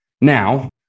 Now